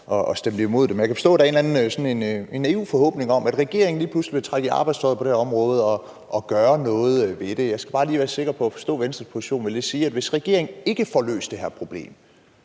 at stemme imod det. Men jeg kan forstå, at der er sådan en naiv forhåbning om, at regeringen lige pludselig vil trække i arbejdstøjet på det her område og gøre noget ved det. Jeg skal bare lige være sikker på at forstå Venstres position: Vil det sige, at hvis regeringen ikke får løst det her problem,